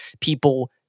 people